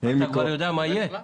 --- אתה כבר יודע מה יהיה?